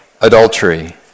adultery